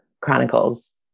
Chronicles